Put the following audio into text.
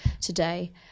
today